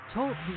Talk